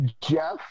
Jeff